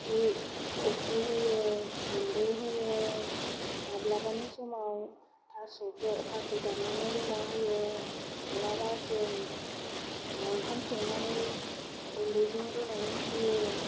अफ्रि अफ्रि होयो गुन्दै होयो माब्लाबानि समाव थास'बो थास' दाननानै रुना होयो मालाबा जों ओंखाम संनानै गुन्दैजों रुनानै होयो